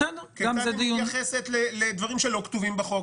כיצד היא מתייחסת לדברים שלא כתובים בחוק,